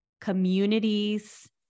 communities